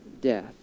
death